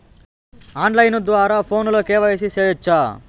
on line ద్వారా ఫోనులో KYC సేయొచ్చా